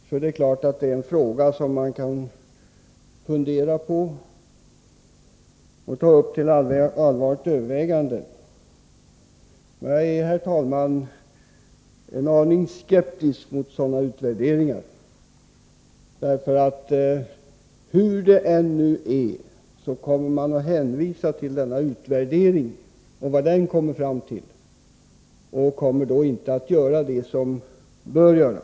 Det är klart att detta är en sak som man kan fundera över och ta upp till allvarligt övervägande, men jag är, herr talman, en aning skeptisk mot sådana utvärderingar. Hur som helst skulle man komma att hänvisa till utvärderingen och dess resultat, och det skulle då inte göras vad som bör göras.